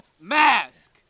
mask